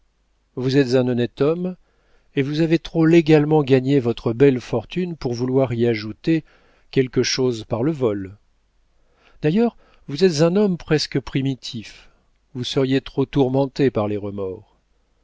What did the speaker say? vous êtes un honnête homme et vous avez trop légalement gagné votre belle fortune pour vouloir y ajouter quelque chose par le vol d'ailleurs vous êtes un homme presque primitif vous seriez trop tourmenté par les remords